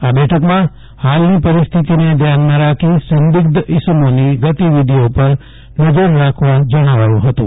આ બેઠકમાં હાલની પરિસ્થિતિને ધ્યાનમાં રાખી સંદિગ્ધ ઇસમોની ગતિવિધીઓ પર નજર રાખવા જણાવાયું હતું